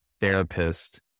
therapist